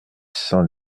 cent